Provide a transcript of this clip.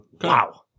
Wow